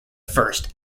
first